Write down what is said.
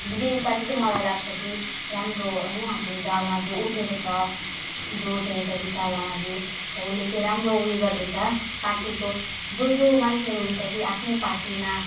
BJP party चाहिँ मलाई लाग्छ कि राम्रो होइन अब गाउँमा जो उठेको छ जो उठेको छ विशाल लामाज्यू उसले चाहिँ राम्रो उयो गर्दैछ पार्टीको जो जो मान्छेहरू हुन्छ कि आफ्नै पार्टीमा